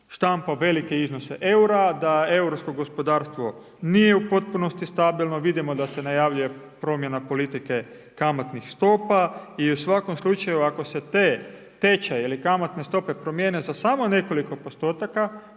štampa velike iznose eura, da europsko gospodarstvo nije u potpunosti stabilno, vidimo da se najavljuje promjena politike kamatnih stopa i u svakom slučaju, ako se te tečaj ili kamatne stope promijene za samo nekoliko postotaka,